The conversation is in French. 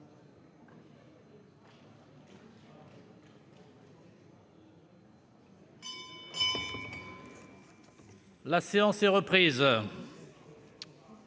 La séance est reprise.